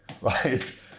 right